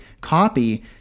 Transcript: copy